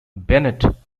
bennett